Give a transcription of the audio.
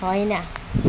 होइन